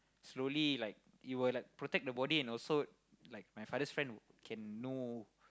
slowly like it will like protect the body and also like my father's friend can know